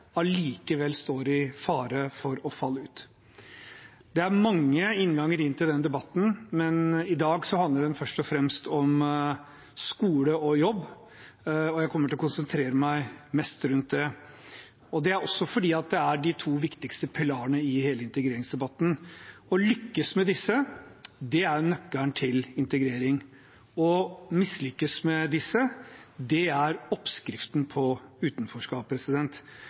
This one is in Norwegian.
allikevel står i fare for å falle utenfor. Det er mange innganger til denne debatten, men i dag handler det først og fremst om skole og jobb, og jeg kommer til å konsentrere meg mest rundt det, og det er også fordi det er de to viktigste pilarene i hele integreringsdebatten. Å lykkes med disse er nøkkelen til integrering. Å mislykkes med disse er oppskriften på utenforskap.